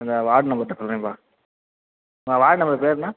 அந்த வார்டு மெம்பர்கிட்ட சொல்கிறேன்பா அந்த வார்டு நம்பர் பெயர் என்ன